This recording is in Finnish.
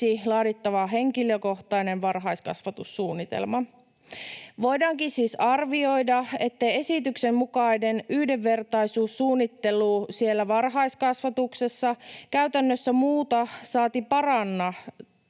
laadittava henkilökohtainen varhaiskasvatussuunnitelma. Voidaankin siis arvioida, ettei esityksen mukainen yhdenvertaisuussuunnittelu siellä varhaiskasvatuksessa käytännössä muuta saati paranna